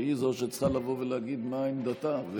והיא שצריכה לבוא ולהגיד מה עמדתה.